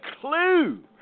clue